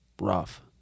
rough